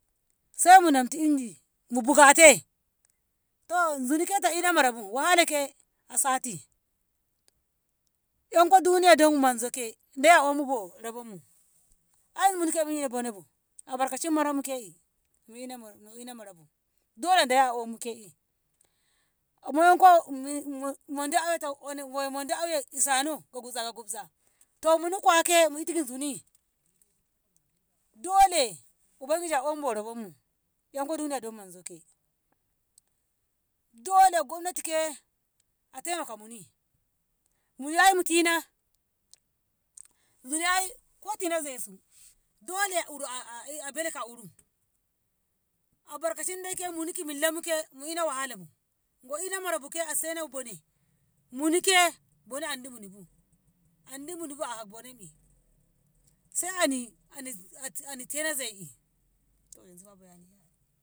Simu namtu inji mu bugate, to zuni ke a ina marabu wahala ke a sati. 'yanko duniya dan manzo ke dai a omu bo rabonmu, ai muni ke mu'e bonebu albarkaci maramu ke'e mu ina marabu dole dai a omu ke'e mu 'yanko mu- mu- monde ayoto- ona- mu- monde auye dano gagufaza gagufza, muni kuwa ke mu itu ki zuni dole ubangiji a omu bo rabommu 'yanko duniya dan manzo ke'e dole gobnati ke a taimaka muni, muni ai mutina zuni ai ko tina zaisu dole uru a- a abele ka uru albarkancin dai muni ki millanmu ke mu ina wahalabu, go ina marabu ke a saina bone, munike bone andi munibu andi munibu a hak bonem'i sai ani- ani- at- at ani tina zai'i.